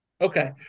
Okay